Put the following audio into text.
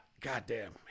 goddamn